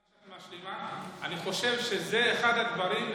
הערה משלימה: אני חושב שזה אחד הדברים,